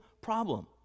problem